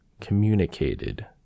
communicated